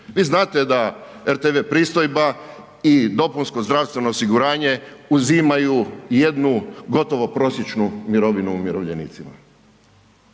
Vi znate da rtv pristojba i dopunsko zdravstveno osiguranje uzimaju jednu gotovo prosječnu mirovinu umirovljenicima.